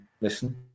listen